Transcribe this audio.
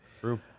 True